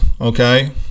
okay